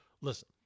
listen